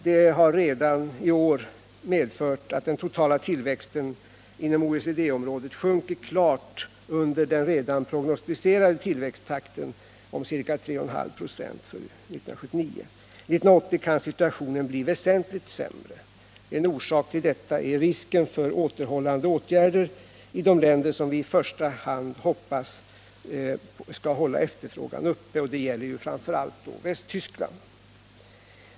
Det har redan i år medfört att den totala tillväxten inom OECD-området sjunkit klart under den prognostiserade tillväxttakten om ca 3,5 96 för 1979. 1980 kan situationen bli väsentligt sämre. En orsak till detta är risken för återhållande åtgärder i de länder som vi i första hand hoppas skall hålla efterfrågan uppe — det gäller framför allt Västtyskland.